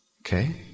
okay